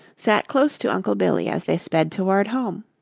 sat close to uncle billy as they sped toward home.